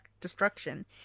destruction